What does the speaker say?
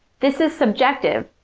this is subjective,